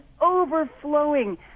overflowing